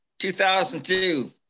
2002